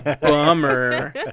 Bummer